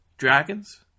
Dragons